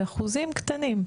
באחוזים קטנים,